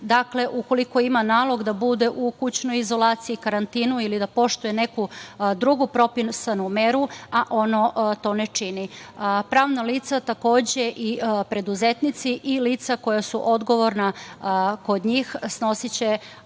dakle, ukoliko ima nalog da bude u kućnoj izolaciji, karantinu ili da poštuje neku drugu propisanu meru, a on to ne čini. Pravna lica, takođe, i preduzetnici, kao i lica koja su odgovorna kod njih, snosiće